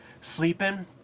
sleeping